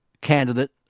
candidate